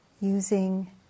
using